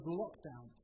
lockdown